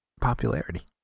popularity